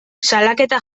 salaketa